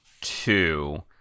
two